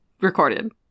recorded